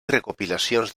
recopilacions